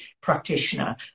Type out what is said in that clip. practitioner